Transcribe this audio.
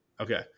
Okay